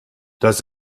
das